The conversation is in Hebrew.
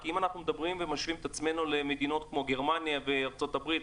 כי אם אנחנו משווים את עצמנו למדינות כמו גרמניה וארצות הברית,